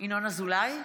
ינון אזולאי,